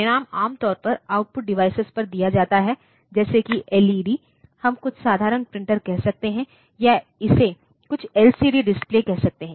परिणाम आमतौर पर आउटपुट डिवाइस पर दिया जाता है जैसे कि एल ई डी हम कुछ साधारण प्रिंटर कह सकते हैं या इसे कुछ एलसीडी डिस्प्ले कह सकते हैं